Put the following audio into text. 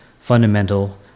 fundamental